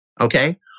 okay